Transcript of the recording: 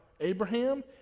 Abraham